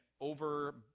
over